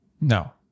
no